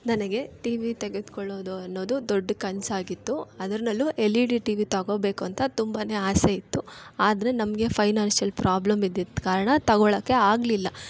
ನನಗೆ TV ತೆಗೆದುಕೊಳ್ಳೋದು ಅನ್ನೋದು ದೊಡ್ಡ ಕನಸಾಗಿತ್ತು ಅದ್ರನಲ್ಲೂ L E D TV ತಗೋಬೇಕು ಅಂತ ತುಂಬಾ ಆಸೆ ಇತ್ತು ಆದರೆ ನಮಗೆ ಫೈನಾನ್ಶಿಯಲ್ ಪ್ರಾಬ್ಲಮ್ ಇದ್ದಿದ್ದ ಕಾರಣ ತಗೊಳಕ್ಕೆ ಆಗಲಿಲ್ಲ